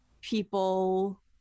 people